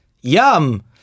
Yum